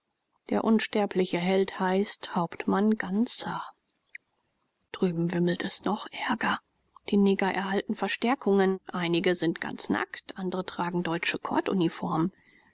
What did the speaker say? der unsterbliche held heißt hauptmann ganßer drüben wimmelt es noch ärger die neger erhalten verstärkungen einige sind ganz nackt andre tragen deutsche